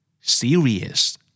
Serious